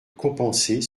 compenser